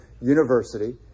university